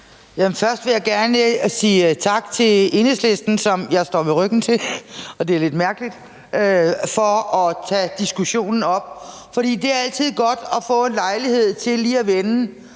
Først vil jeg gerne sige tak til Enhedslisten – som jeg står med ryggen til, og det er lidt mærkeligt – for at tage diskussionen op, for det er altid godt lige at få lejlighed til at vende,